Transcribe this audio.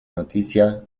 noticia